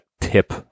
tip